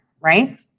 right